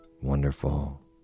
wonderful